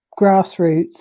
grassroots